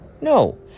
no